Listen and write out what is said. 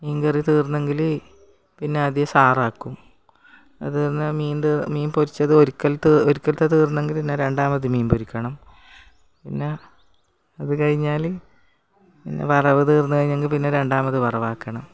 മീൻകറി തീർന്നെങ്കിൽ പിന്നാദ്യം ചാറാക്കും അതിൽ നിന്നാ മീൻ പൊരിച്ചത് പൊരിച്ചത് ഒരിക്കൽ ത് ഒരിക്കലത്തെ തീർന്നെങ്കിൽ പിന്നെ രണ്ടാമത് പൊരിക്കണം പിന്നെ അതു കഴിഞ്ഞാൽ പിന്നെ വറവു തീർന്നു കഴിഞ്ഞെങ്കിൽ പിന്നെ രണ്ടാമത് വറവാക്കണം